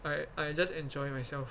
I I just enjoying myself